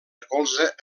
recolza